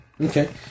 Okay